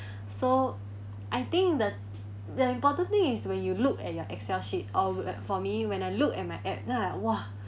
so I think the the important thing is when you look at your excel sheet or for me when I look at my app then I !wah!